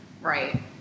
Right